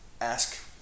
ask